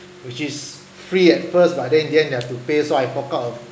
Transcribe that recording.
which is free at first but then in the end you have to pay so I fork out a